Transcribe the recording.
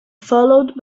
followed